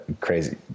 crazy